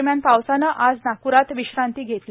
दरम्यान पावसानं आज नागप्रात विश्रांती घेतली